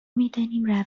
میدانیم